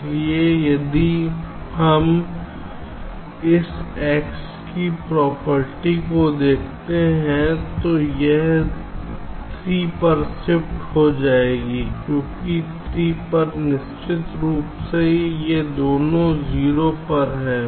इसलिए यदि हम इस x की प्रॉपर्टी को देखते हैं तो यह 3 पर शिफ्ट हो जाएगी क्योंकि 3 पर निश्चित रूप से ये दोनों 0 पर हैं